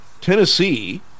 Tennessee